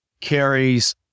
carries